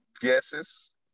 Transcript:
guesses